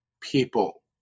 people